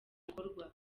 bikorwa